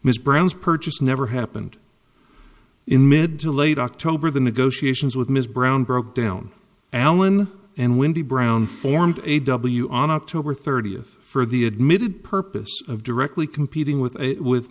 ms brown's purchase never happened in mid to late october the negotiations with ms brown broke down allan and windy brown formed a w on october thirtieth for the admitted purpose of directly competing with a with